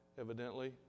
evidently